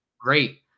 great